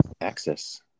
access